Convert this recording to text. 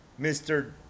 mr